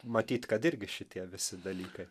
matyt kad irgi šitie visi dalykai